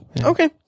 okay